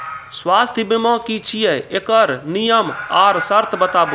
स्वास्थ्य बीमा की छियै? एकरऽ नियम आर सर्त बताऊ?